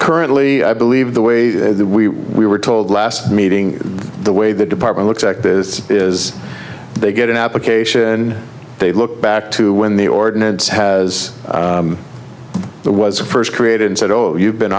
currently i believe the way we were told last meeting the way the department looks at this is to get an application they look back to when the ordinance has the was first created and said oh you've been